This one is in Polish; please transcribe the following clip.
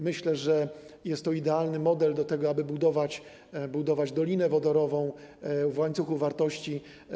Myślę, że jest to idealny model do tego, aby budować dolinę wodorową w łańcuchu wartości.